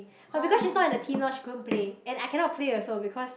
but because she's not in the team now she couldn't and I cannot play also because